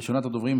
ראשונת הדוברים,